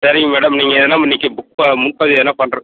சரிங்க மேடம் நீங்கள் வேணால் இன்னக்கு புக் ப முன்பதிவு வேணால் பண்ணுற